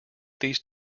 these